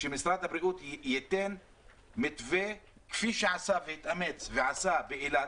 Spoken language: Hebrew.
שמשרד הבריאות ייתן מתווה כפי שהתאמץ ועשה באילת